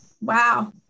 Wow